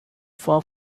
far